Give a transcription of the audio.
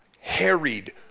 harried